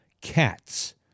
cats